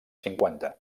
cinquanta